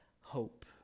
hope